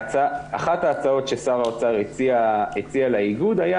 אחת ההצעות ששר האוצר הציע לאיגוד היה